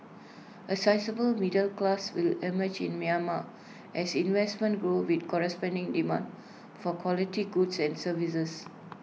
A sizeable middle class will emerge in Myanmar as investments grow with corresponding demand for quality goods and services